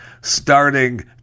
starting